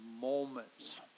moments